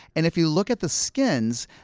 and if you look at the skins,